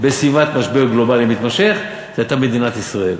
בסביבת משבר גלובלי מתמשך הייתה מדינת ישראל.